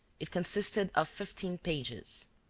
it consisted of fifteen pages.